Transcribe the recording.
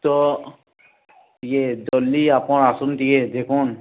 ତ ଇଏ ଜଲ୍ଦି ଆପଣ ଆସନ୍ତୁ ଟିକେ ଦେଖନ୍ତୁ